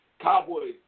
Cowboys